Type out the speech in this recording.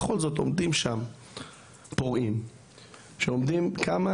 בכל זאת עומדים שם פורעים שעומדים כמה